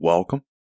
Welcome